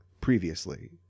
previously